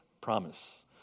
promise